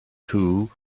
too